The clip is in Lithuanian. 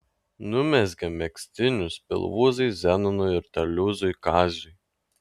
numezgė megztinius pilvūzui zenonui ir terliūzui kaziui